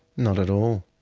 not at all.